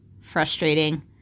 frustrating